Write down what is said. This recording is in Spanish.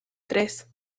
tres